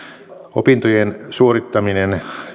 opintojen suorittaminen